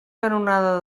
canonada